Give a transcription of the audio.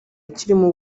kirimo